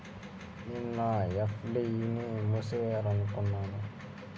నేను నా ఎఫ్.డీ ని మూసివేయాలనుకుంటున్నాను